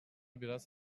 biraz